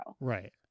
right